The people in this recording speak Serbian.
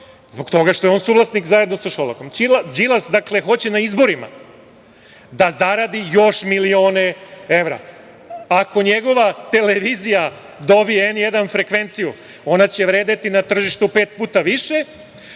zbog toga što je on suvlasnik zajedno sa Šolakom. Đilas hoće na izborima da zarade još milione evra. Ako njegova televizija dobije N1 frekvenciju, ona će vredeti na tržištu pet puta više,